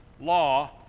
law